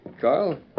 Carl